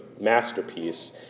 masterpiece